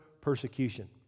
persecution